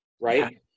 right